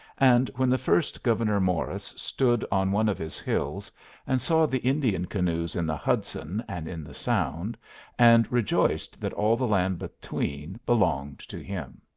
and when the first gouverneur morris stood on one of his hills and saw the indian canoes in the hudson and in the sound and rejoiced that all the land between belonged to him.